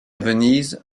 venise